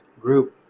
group